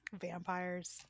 vampires